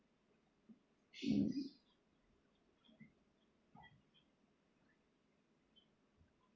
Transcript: mm